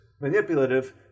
manipulative